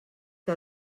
que